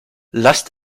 lasst